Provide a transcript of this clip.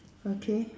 okay